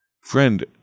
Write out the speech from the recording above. Friend